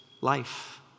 life